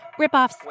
ripoffs